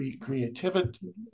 creativity